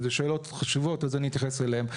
זה שאלות חשובות, אז אני אתייחס אליהן.